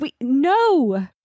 No